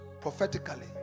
Prophetically